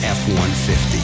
f-150